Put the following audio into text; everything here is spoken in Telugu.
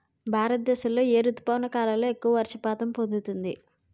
భారతదేశంలో ఏ రుతుపవన కాలం ఎక్కువ వర్షపాతం పొందుతుంది?